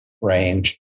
range